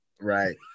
Right